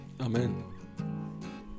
amen